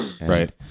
Right